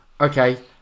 Okay